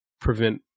prevent